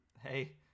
Hey